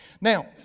Now